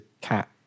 cat